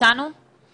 תן